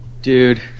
Dude